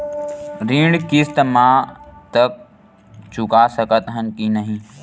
ऋण किस्त मा तक चुका सकत हन कि नहीं?